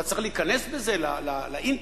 אתה צריך להיכנס בזה לאינטרנט,